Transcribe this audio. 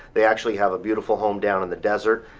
they actually have a beautiful home down in the desert,